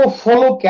follow